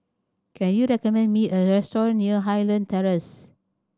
can you recommend me a restaurant near Highland Terrace